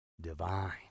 divine